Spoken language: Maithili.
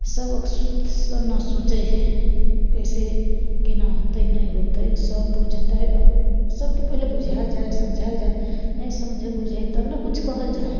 सबहक सुख सब ने सोचै हइ कैसे केना होतै नहि होतै सब बुझतै सबके पहिले बुझायल जाइ हयइ समझायल जाइ हइ नहि समझै बुझै तब ने किछु कहल जाइ हइ